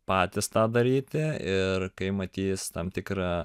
patys tą daryti ir kai matys tam tikrą